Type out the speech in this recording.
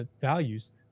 Values